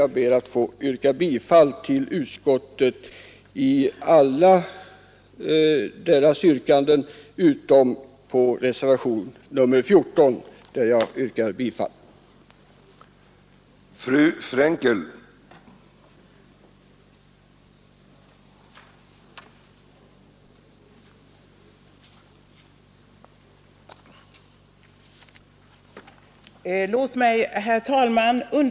Jag ber att få yrka bifall till utskottets hemställan utom på punkten 25, där jag yrkar bifall till reservationen 14. jag har antecknat mig för med två minuter och det är där